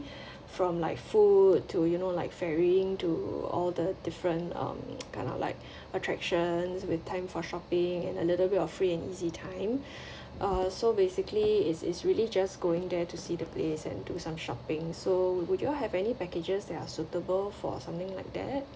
from like food to you know like varying to all the different um kind of like attractions with time for shopping and a little bit of free and easy time uh so basically it's it's really just going there to see the place and do some shopping so would you have any packages that are suitable for something like that